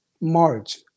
March